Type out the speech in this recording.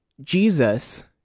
jesus